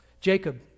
Jacob